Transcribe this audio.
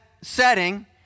setting